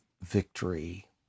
victory